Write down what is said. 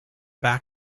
back